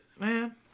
Man